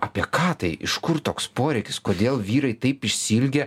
apie ką tai iš kur toks poreikis kodėl vyrai taip išsiilgę